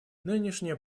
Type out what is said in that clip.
нынешнее